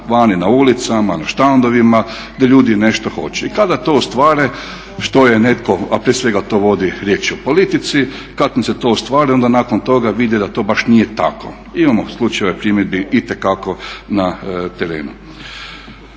vani na ulicama, na štandovima, da ljudi nešto hoće. I kada to ostvare što je netko, a prije svega to vodi riječ o politici, kada mu se to ostvari onda nakon toga vidi da to baš nije tako. Imamo slučajeva i …/Govornik se ne